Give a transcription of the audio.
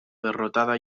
derrotada